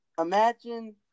imagine